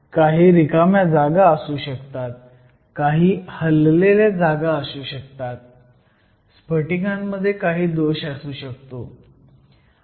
काही रिकाम्या जागा असू शकतात काही हललेल्या जागा असू शकतात स्फटिकात काही दोष असू शकतो